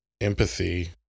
empathy